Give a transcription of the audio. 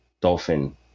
dolphin